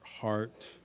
heart